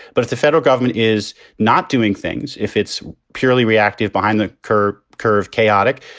but it's the federal government is not doing things if it's purely reactive. behind the curve, curve chaotic,